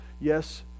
Yes